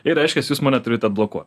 ir reiškias jūs mane turit atblokuot